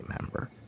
member